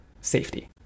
safety